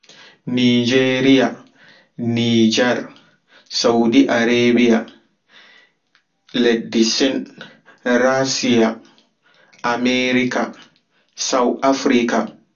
Nigeria, niger, saudi araɓia, leddi sin, rasia, america, south africa